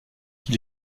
qui